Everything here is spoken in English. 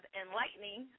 enlightening